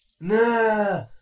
Nah